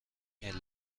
این